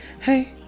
Hey